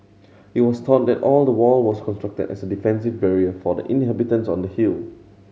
it was thought that the wall was constructed as a defensive barrier for the inhabitants on the hill